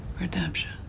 Redemption